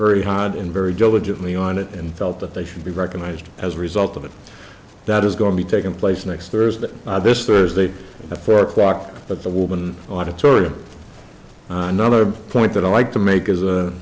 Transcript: very hard and very diligently on it and felt that they should be recognized as a result of it that is going to be taking place next thursday this thursday at four o'clock but the woman auditorium another point that i'd like to make is